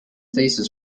thesis